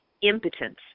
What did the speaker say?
impotence